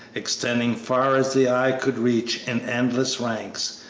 extending far as the eye could reach in endless ranks,